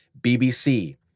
BBC